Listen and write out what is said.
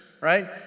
right